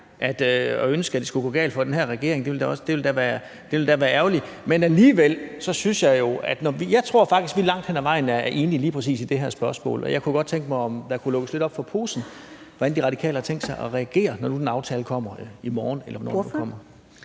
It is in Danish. at ønske, at det skulle gå galt for den her regering. Det ville da være ærgerligt. Men jeg tror faktisk, at vi langt hen ad vejen er enige i lige præcis det her spørgsmål, og jeg kunne godt tænke mig, at der kunne lukkes lidt op for posen, med hensyn til hvordan De Radikale har tænkt sig at reagere, når nu den aftale kommer i morgen, eller